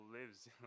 lives